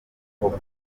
ubwoko